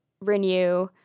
renew